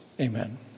amen